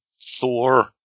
Thor